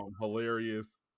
Hilarious